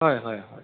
হয় হয় হয়